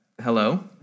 hello